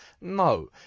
No